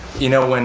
you know, and